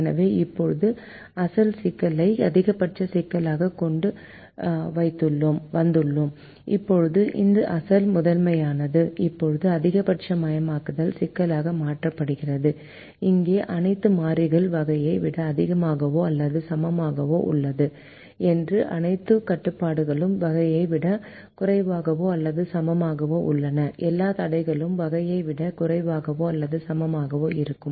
எனவே இப்போது அசல் சிக்கலை அதிகபட்ச சிக்கலாகக் கொண்டு வந்துள்ளோம் இப்போது இந்த அசல் முதன்மையானது இப்போது அதிகபட்சமயமாக்கல் சிக்கலாக மாற்றப்பட்டுள்ளது அங்கு அனைத்து மாறிகள் வகையை விட அதிகமாகவோ அல்லது சமமாகவோ உள்ளன மற்றும் அனைத்து கட்டுப்பாடுகளும் வகையை விட குறைவாகவோ அல்லது சமமாகவோ உள்ளன எல்லா தடைகளும் வகையை விட குறைவாகவோ அல்லது சமமாகவோ இருக்கும்